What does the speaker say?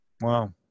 Wow